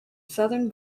southern